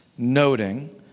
noting